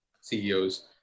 CEOs